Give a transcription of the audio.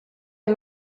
est